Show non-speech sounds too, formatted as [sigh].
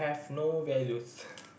I have no values [laughs]